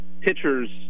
pitchers